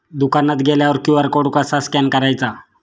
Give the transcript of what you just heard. दुकानात गेल्यावर QR code कसा स्कॅन करायचा?